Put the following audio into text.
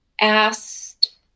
asked